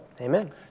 Amen